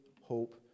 hope